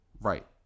Right